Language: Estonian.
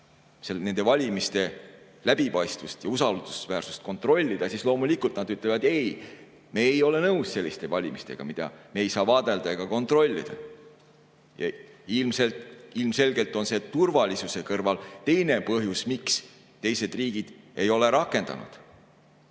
valimiste läbipaistvust ja usaldusväärsust kontrollida, siis loomulikult nad ütlevad: "Ei, me ei ole nõus selliste valimistega, mida me ei saa vaadelda ega kontrollida." Ilmselgelt on see turvalisuse kõrval teine põhjus, miks teised riigid ei ole rakendanud